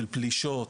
של פלישות,